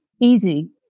easy